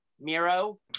Miro